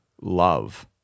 love